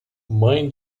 mãe